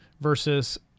Versus